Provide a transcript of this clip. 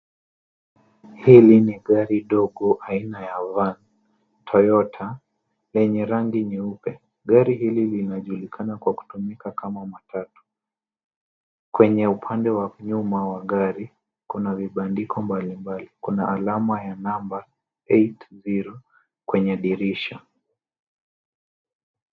hili ni gari dogo aina ya[Van] totyota lenye rangi nyeupe gari hili linajulikana kwa kutumika kama matatu kwenye upande wa nyuma wa gari kuna vibandiko mbalimbali kuna alama ya 80 kwenye dirisha